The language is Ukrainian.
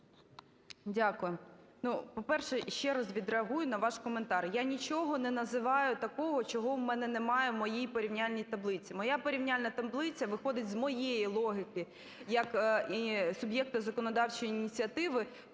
Дякую. По-перше, ще раз відреагую на ваш коментар. Я нічого не називаю такого, чого у мене немає в моїй порівняльній таблиці. Моя порівняльна таблиця виходить з моєї логіки як суб'єкта законодавчої ініціативи,